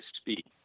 speak